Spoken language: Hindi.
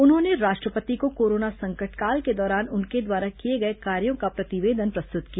उन्होंने राष्ट्रपति को कोरोना संकट काल के दौरान उनके द्वारा किए गए कार्यो का प्रतिवेदन प्रस्तुत किया